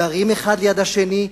גרים אחד ליד השני,